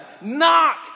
Knock